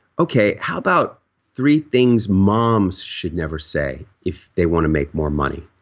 okay, how about three things moms should never say if they want to make more money?